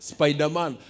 Spider-Man